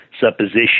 supposition